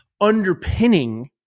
Underpinning